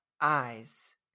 eyes